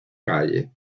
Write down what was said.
calle